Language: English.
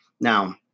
Now